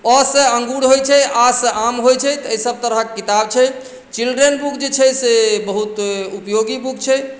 अ सऽ अंगूर होइ छै आ सऽ आम होइ छै तऽ एहि सब तरहक किताब छै चिल्ड्रेन बुक जे छै से बहुत उपयोगी बुक छै